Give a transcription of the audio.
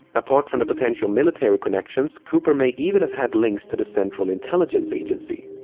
apart from the potential military connections, cooper may even have had links to the central intelligence agency.